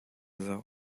zoh